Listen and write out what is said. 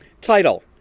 Title